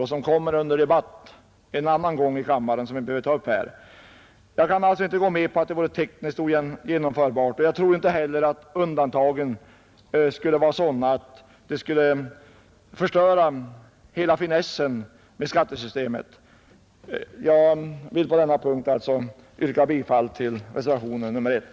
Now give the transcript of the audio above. De förslagen kommer upp till debatt en annan gång här i kammaren, och jag behöver därför inte ta upp dem nu. Fru talman! Jag kan inte gå med på att det vore tekniskt ogenomförbart att bifalla vårt förslag, och jag tror inte heller att undantagen skulle förstöra hela finessen med skattesystemet. Därför vill jag yrka bifall till reservationen 1.